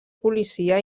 policia